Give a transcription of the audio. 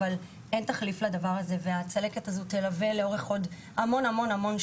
אבל אין תחליף לדבר הזה והצלקת הזו תלווה אותם לאורך שנים רבות.